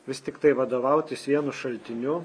vis tiktai vadovautis vienu šaltiniu